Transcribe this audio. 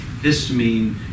histamine